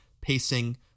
pacing